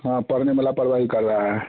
हाँ पढ़ने में लापरवाही कर रहा है